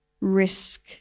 risk